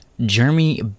Jeremy